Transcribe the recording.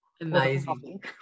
amazing